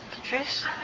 Patrice